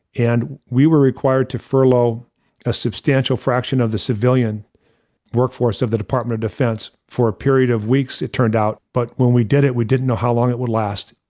and we were required to furlough a substantial fraction of the civilian workforce of the department of defense for a period of weeks, it turned out, but when we did it, we didn't know how long it would last.